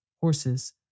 horses